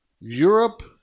Europe